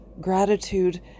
gratitude